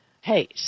hey